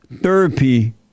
therapy